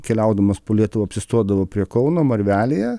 keliaudamas po lietuvą apsistodavo prie kauno marvelėje